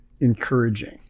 encouraging